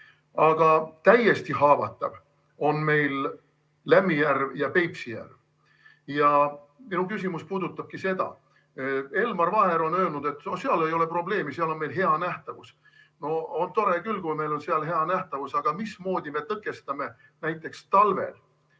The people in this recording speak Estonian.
Aga täiesti haavatav on meil Lämmijärv ja Peipsi järv ja minu küsimus puudutabki seda. Elmar Vaher on öelnud, et seal ei ole probleemi, sest seal on meil hea nähtavus. Tore küll, kui meil on seal hea nähtavus, aga mismoodi me tõkestame näiteks talvel